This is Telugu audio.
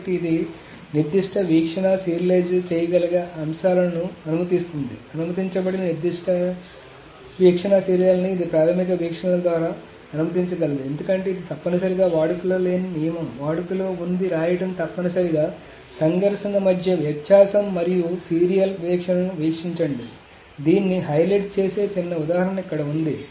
కాబట్టి ఇది నిర్దిష్ట వీక్షణ సీరియలైజ్ చేయగల విషయాలను అనుమతిస్తుంది అనుమతించబడని నిర్దిష్ట వీక్షణ సీరియల్ని ఇది ప్రాథమిక వీక్షణల ద్వారా అనుమతించ గలదు ఎందుకంటే ఇది తప్పనిసరిగా వాడుకలో లేని నియమం వాడుకలో ఉంది రాయడం తప్పనిసరిగా సంఘర్షణ మధ్య వ్యత్యాసం మరియు సీరియల్ విషయాలను వీక్షించండి దీన్ని హైలైట్ చేసే చిన్న ఉదాహరణ ఇక్కడ ఉంది